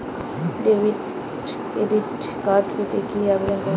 Debit বা credit card পেতে কি ভাবে আবেদন করব?